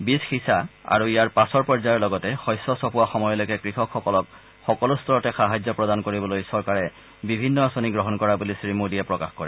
বীজ সিঁচা আৰু ইয়াৰ পাছৰ পৰ্যায়ৰ লগতে শস্য চপোৱা সময়লৈকে কৃষকসকলক সকলো স্তৰতে সাহায্য প্ৰদান কৰিবলৈ চৰকাৰে বিভিন্ন আঁচনি গ্ৰহণ কৰা বুলি শ্ৰীমোদীয়ে প্ৰকাশ কৰে